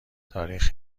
تاریخ